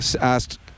asked